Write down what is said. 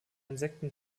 insekten